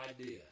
idea